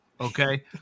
okay